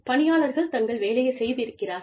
பணியாளர்கள் தங்கள் வேலையைச் செய்து இருக்கிறார்கள்